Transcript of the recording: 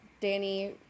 Danny